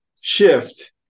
shift